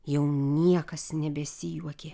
jau niekas nebesijuokė